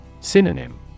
Synonym